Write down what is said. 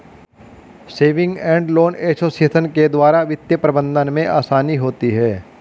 saving and loan association के द्वारा वित्तीय प्रबंधन में आसानी होती है